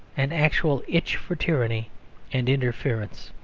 an actual itch for tyranny and interference,